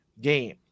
game